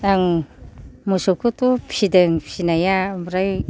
आं मोसौखौथ' फिसिदों फिसिनाया ओमफ्राय